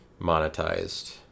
monetized